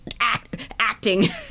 acting